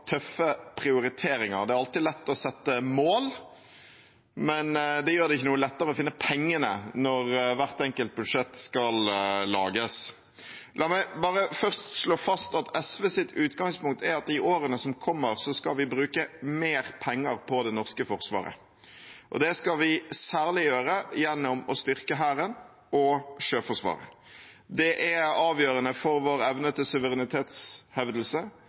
sette mål, men det gjør det ikke noe lettere å finne pengene når hvert enkelt budsjett skal lages. La meg bare først slå fast at SVs utgangspunkt er at i årene som kommer, skal vi bruke mer penger på det norske forsvaret. Det skal vi særlig gjøre gjennom å styrke Hæren og Sjøforsvaret. Det er avgjørende for vår evne til suverenitetshevdelse,